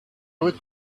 would